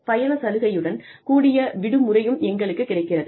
பயண சலுகையுடன் கூடிய விடுமுறையும் எங்களுக்குக் கிடைக்கிறது